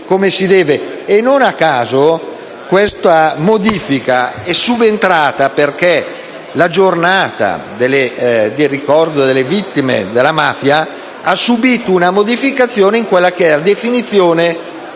E non a caso, questa modifica è subentrata perché la Giornata del ricordo delle vittime della mafia ha subito una trasformazione nel senso di quella che è la definizione